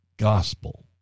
gospel